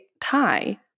tie